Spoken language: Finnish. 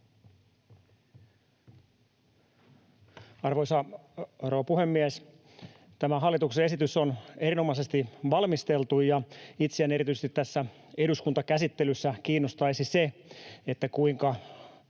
rouva puhemies! Tämä hallituksen esitys on erinomaisesti valmisteltu, ja itseäni erityisesti tässä eduskuntakäsittelyssä kiinnostaisi se, kuinka